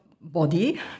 body